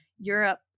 Europe